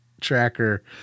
tracker